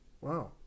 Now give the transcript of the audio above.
Wow